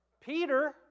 Peter